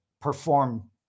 perform